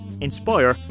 inspire